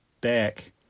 back